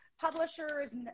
publishers